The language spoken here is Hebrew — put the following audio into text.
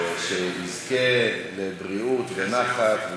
שתזכה לבריאות ונחת.